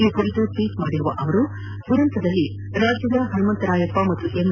ಈ ಕುರಿತು ಟ್ವೀಟ್ ಮಾಡಿರುವ ಅವರು ದುರಂತದಲ್ಲಿ ರಾಜ್ಯದ ಹನುಮಂತರಾಯಪ್ಪ ಮತ್ತು ಎಮ್